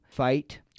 fight